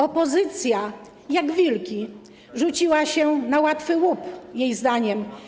Opozycja jak wilki rzuciła się na łatwy łup, jej zdaniem.